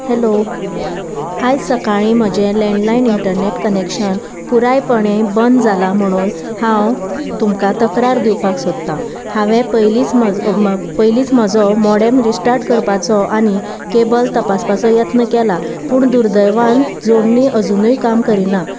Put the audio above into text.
hello आयज सकाळीं म्हजें लॅडलायन इंटरनेट कनेक्शन पुरायपणे बंद जालां म्हणून हांव तुमकां तक्रार दिवपाक सोदतां हांवें पयलींचज पयलींच म्हजो मोडेम रिस्टार्ट करपाचो आनी केबल तपासपाचो यत्न केला पूण दुर्दैवान जोडणी अजुनूय काम करिना